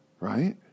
right